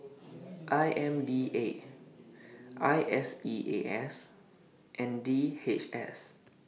I M D A I S E A S and D H S